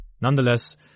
Nonetheless